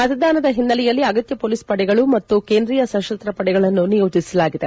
ಮತದಾನದ ಹಿನ್ನೆಲೆಯಲ್ಲಿ ಅಗತ್ತ ಮೊಲೀಸ್ ಪಡೆಗಳು ಮತ್ತು ಕೇಂಧ್ರೀಯ ಸಶಸ್ತ ಪಡೆಗಳನ್ನು ನಿಯೋಜಿಸಲಾಗಿದೆ